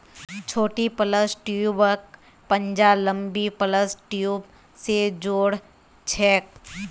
छोटी प्लस ट्यूबक पंजा लंबी प्लस ट्यूब स जो र छेक